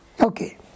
Okay